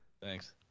Thanks